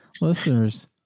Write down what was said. listeners